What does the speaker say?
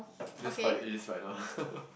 that's how it is right now